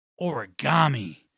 Origami